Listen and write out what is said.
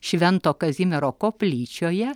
švento kazimiero koplyčioje